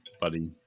buddy